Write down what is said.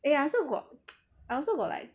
eh ya I also got I also got like